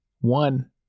one